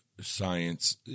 science